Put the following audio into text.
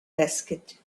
asked